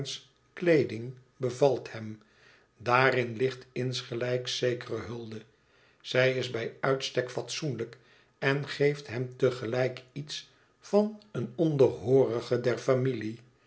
kleeding bevalt hem daarin ligt insgelijks zekere hulde zij is bij uitstek fatsoenlijk en geeft hem te gelijk iets van een onderhoorige der familie